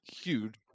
huge